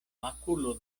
makulo